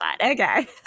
Okay